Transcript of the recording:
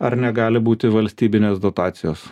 ar negali būti valstybinės dotacijos